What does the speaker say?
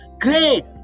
great